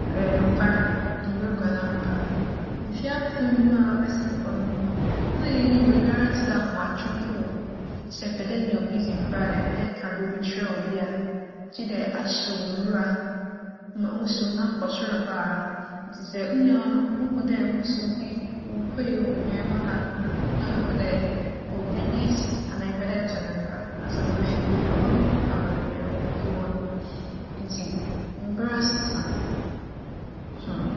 ͻyɛ nokwar, mber guan ampa. Mfe apem a abɛsen kͻ no, nna yennyim biribiara tse dɛ ahomatromfo oo. Sɛ epɛ dɛ enye obi dzi nkra anaa epɛ dɛ eka biribi kyerɛ obi a, gyedɛ ahyew nwura ma nwusiw no akͻ sor paa. Ntsi sɛ wo nua no, ohu dɛ nwusiw bi rupue wͻ beebi a ewͻ no a, nna oehu dɛ oh biribi esi anaa epɛ dɛ eto no nkra ansaana oeefi beebi a ͻwͻ no aaba beebi ewͻ no. Ntsi mber asesa, hmm.